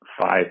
five